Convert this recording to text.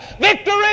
victory